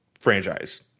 franchise